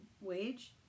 wage